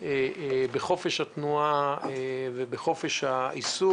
בחופש התנועה ובחופש העיסוק.